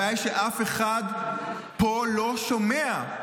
הבעיה היא שאף אחד פה לא שומע.